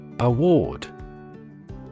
Award